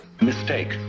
mistake